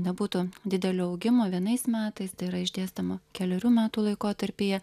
nebūtų didelio augimo vienais metais tai yra išdėstoma kelerių metų laikotarpyje